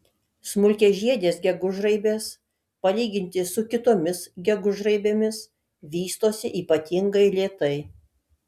smulkiažiedės gegužraibės palyginti su kitomis gegužraibėmis vystosi ypatingai lėtai